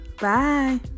Bye